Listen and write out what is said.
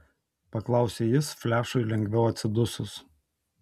paklausė jis flešui lengviau atsidusus